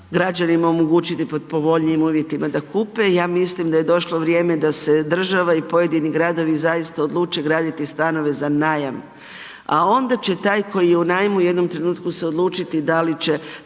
građanima omogućiti po povoljnijim uvjetima da kupe, ja mislim da je došlo vrijeme da se država i pojedini gradovi zaista odluče graditi stanove za najam, a onda će taj koji je u najmu u jednom trenutku se odlučiti da li će